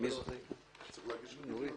הצבעה